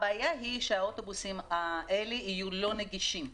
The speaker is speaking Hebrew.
הבעיה שהאוטובוסים האלה יהיו לא נגישים.